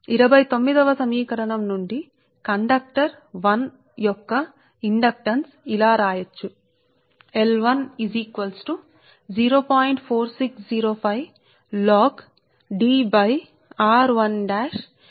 కాబట్టి ఇది ఇప్పుడు సమీకరణం 29 నుండి అంటే ఈ సమీకరణం ఇప్పుడు సమీకరణం 29 నుండి అంటే ఈ సమీకరణం ఈ సమీకరణం 29 కండక్టర్ 1 యొక్క ఇండక్టెన్స్ వ్రాయవచ్చు అది ఇలా 0